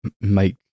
make